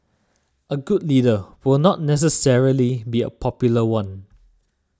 a good leader will not necessarily be a popular one